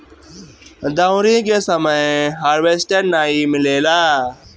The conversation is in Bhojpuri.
दँवरी के समय हार्वेस्टर नाइ मिलेला